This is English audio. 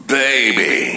baby